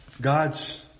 God's